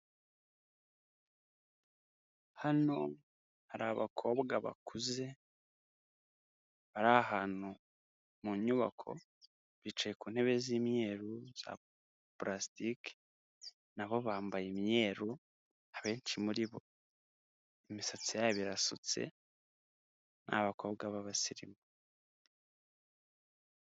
Hano hari abakobwa bakuze bari ahantu mu nyubako, bicaye ku ntebe z'imyeru za purasitiki, nabo bambaye imyeru, abenshi muri bo imisatsi yabo irasutse, ni abakobwa babasirimu.